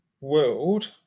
world